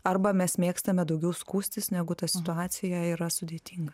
arba mes mėgstame daugiau skųstis negu ta situacija yra sudėtinga